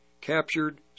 captured